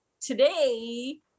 today